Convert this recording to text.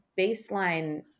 baseline